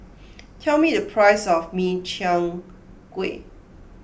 tell me the price of Min Chiang Kueh